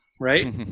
right